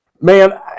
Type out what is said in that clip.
Man